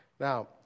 Now